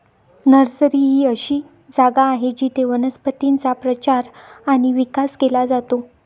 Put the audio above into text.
nursery ही अशी जागा आहे जिथे वनस्पतींचा प्रचार आणि विकास केला जातो